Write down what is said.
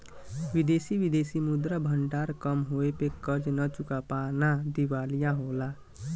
विदेशी विदेशी मुद्रा भंडार कम होये पे कर्ज न चुका पाना दिवालिया होला